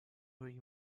during